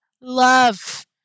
love